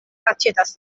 aĉetas